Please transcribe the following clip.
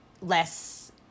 less